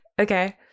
Okay